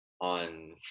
on